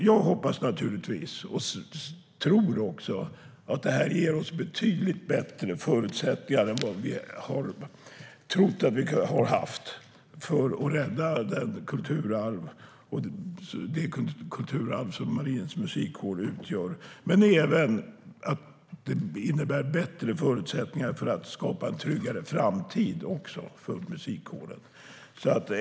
Jag hoppas och tror att detta kommer att ge oss betydligt förutsättningar än vad vi trodde att vi hade när det gäller att rädda det kulturarv som Marinens Musikkår utgör. Förhoppningsvis ger det också bättre förutsättningar att skapa en tryggare framtid för musikkåren.